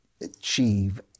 achieve